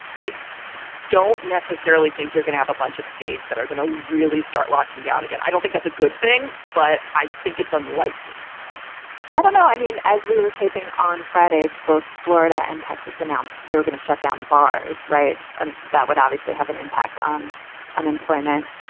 i don't necessarily think you're going to have a bunch of states that are going to really start locking down again. i don't think that's a good thing. but i think it's unlikely i don't know. i mean, as we were taping on friday, both florida and texas announced they're going to shut down bars. right. and that would obviously have an impact on unemployment.